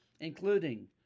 including